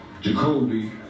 Jacoby